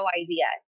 idea